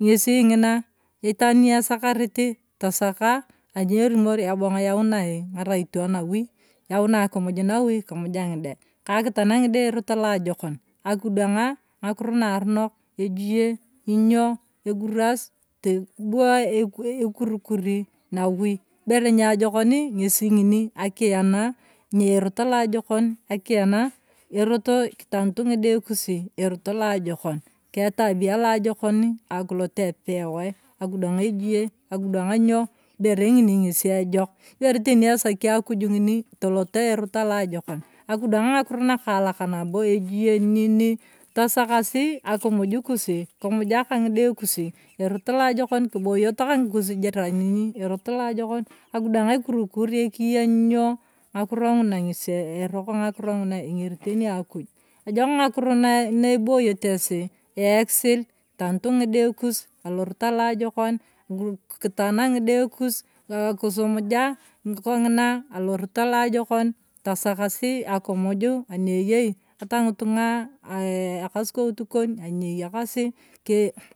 ng’esing’ina. itaan niesakarit tasaka anierumor ebong yaanai ng’aractio nawui, yauna akimuj nawu kimujai ng’ide ka akitan ng’ide erot aloajokon akidwang’a, ng’ikioo naajokak, ejie ny’o eburas bua ekurikuri nawoi ibere niajokoni ng’esi ng’ini akiyana aerot aloajokon, akiana eroto kitanut ng’ide kusi erot aloajokon, ka etabia loajokon akiloto epeoy, akidwang’a ejie, akidwang ny’o ibese ng’ini ng’esi ejok, ibere teni esaki akuju ng’ini toloto aerot aloajokon akidwang ng’akiro nakaalak nabo ejie ee nini tasakasi akumuj kimuja kang’ide kusi eroto aloajok kiboyoto kang’ikus jiranin eerot aloajokom akidwang ekur kur ori ekinyeny, ng’akuro nguna ng’esi eroko ng’akuro ng’una eng’erit teni akuj, ejok ng’akuro na naiboyoto esi akisil kitanut ng’ide kus alorot aloajokon kitana ng’ide kus, kisumuja ikong’ina alorot aloajikon tasokasi akimuju, anieyer ata ng’itungo ekasukoutu kon anieyakasii kii.